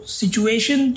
situation